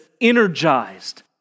energized